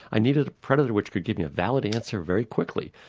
i needed a predator which could give me a valid answer very quickly.